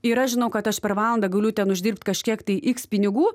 ir aš žinau kad aš per valandą galiu ten uždirbt kažkiek tai iks pinigų